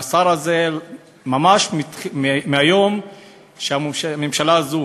מהשר הזה, ממש מהיום שהממשלה הזו